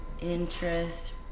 interest